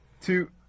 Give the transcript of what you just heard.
Two